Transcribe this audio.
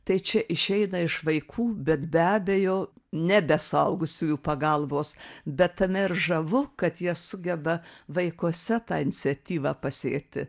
tai čia išeina iš vaikų bet be abejo ne be suaugusiųjų pagalbos bet tame ir žavu kad jie sugeba vaikuose tą iniciatyvą pasėti